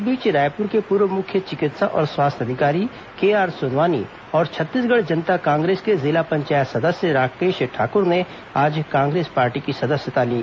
इस बीच रायपुर के पूर्व मुख्य चिकित्सा और स्वास्थ्य अधिकारी केआर सोनवानी और छत्तीसगढ़ जनता कांग्रेस के जिला पंचायत सदस्य राकेश ठाकुर ने आज कांग्रेस पार्टी की सदस्यता ली